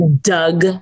Doug